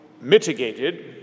mitigated